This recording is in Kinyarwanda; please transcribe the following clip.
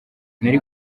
nari